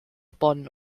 bonn